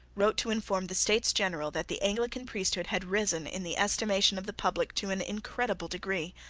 wrote to inform the states general that the anglican priesthood had risen in the estimation of the public to an incredible degree.